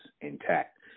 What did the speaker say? intact